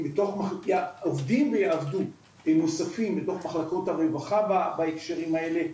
ויעבדו בתוך מחלקות הרווחה בהקשרים האלה.